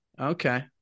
Okay